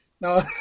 Now